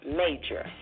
major